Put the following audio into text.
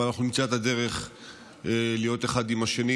אבל אנחנו נמצא את הדרך להיות אחד עם השני